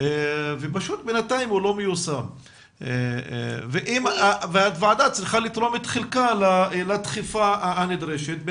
ופשוט בינתיים הוא לא מיושם והוועדה צריכה לתרום את חלקה לדחיפה הנדרשת,